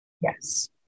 Yes